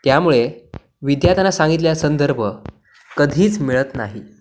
त्यामुळे विद्यार्थ्यांना सांगितलेला संदर्भ कधीच मिळत नाही